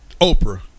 Oprah